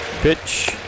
Pitch